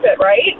right